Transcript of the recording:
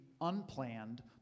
unplanned